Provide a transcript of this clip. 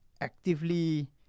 actively